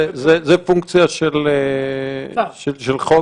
זאת פונקציה של חוק?